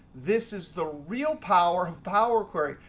this is the real power of power query.